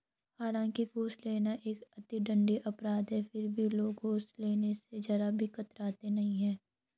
हालांकि घूस लेना एक अति दंडनीय अपराध है फिर भी लोग घूस लेने स जरा भी कतराते नहीं है